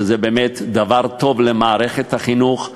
שזה באמת דבר טוב למערכת החינוך,